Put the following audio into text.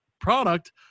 product